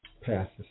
passes